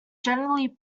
generally